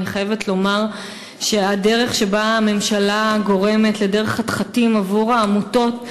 אני חייבת לומר שהממשלה גורמת לדרך חתחתים עבור עמותות,